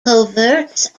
coverts